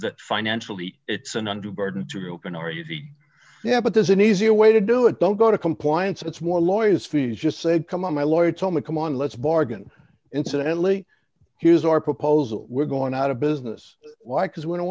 that financially it's an undue burden to an r u v yeah but there's an easier way to do it don't go to compliance it's more lawyers fees just say come on my lawyer told me come on let's bargain incidentally here's our proposal we're going out of business why because we don't